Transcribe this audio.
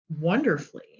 wonderfully